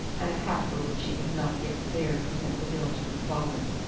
and a hat for which she had not yet dared present the bill to her father.